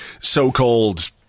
so-called